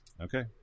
okay